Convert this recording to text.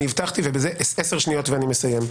אני הבטחתי, ותוך עשר שניות אני מסיים.